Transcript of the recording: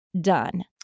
done